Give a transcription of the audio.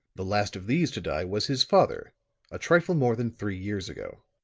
the last of these to die was his father a trifle more than three years ago.